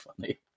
funny